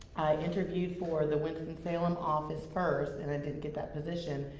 interviewed for the winston-salem office first, and then didn't get that position,